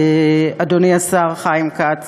אדוני השר חיים כץ,